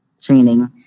training